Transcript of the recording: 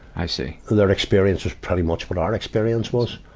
i see. their experience was pretty much what our experience was.